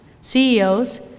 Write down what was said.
CEOs